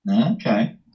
okay